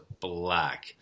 black